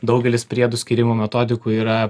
daugelis priedų skyrimo metodikų yra